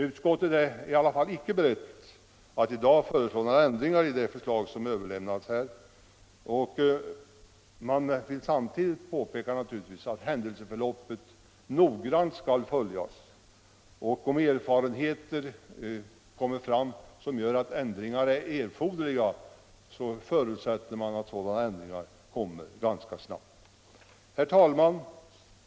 Utskottet är hur som helst inte berett att i dag föreslå några ändringar i det förslag som överlämnats till riksdagen. Men utskottet vill samtidigt påpeka att händelseförloppet noggrant skall följas, och om erfarenheterna visar att ändringar är erforderliga, så förutsätter utskottet att sådana ändringar görs ganska snabbt. Herr talman!